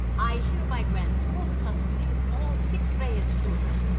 i hereby grant full custody of all six reyes children,